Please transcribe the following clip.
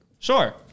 sure